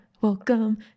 Welcome